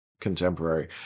contemporary